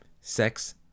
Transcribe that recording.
Sex